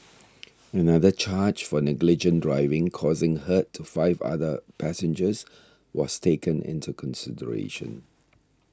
another charge for negligent driving causing hurt to five other passengers was taken into consideration